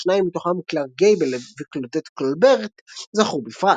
שניים מתוכם, קלארק גייבל וקלודט קולברט זכו בפרס.